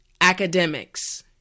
academics